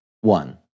One